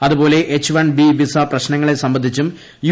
അതുപോലെ H one B visa പ്രശ്നങ്ങളെ സംബന്ധിച്ചുമ യു